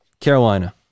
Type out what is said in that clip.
Carolina